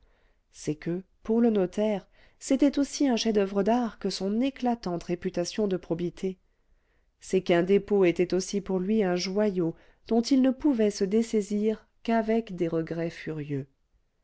c'est que pour le notaire c'était aussi un chef-d'oeuvre d'art que son éclatante réputation de probité c'est qu'un dépôt était aussi pour lui un joyau dont il ne pouvait se dessaisir qu'avec des regrets furieux